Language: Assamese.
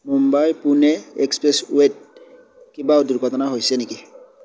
মুম্বাই পুনে এক্সপ্ৰেছৱে'ত কিবা দুৰ্ঘটনা হৈছে নেকি